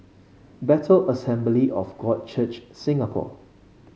Bethel Assembly of God Church Singapore